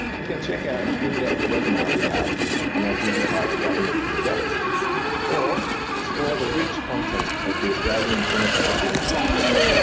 you can check out an in-depth webinar we have on our digitized government gazettes or explore the rich content of the australian joint copying project.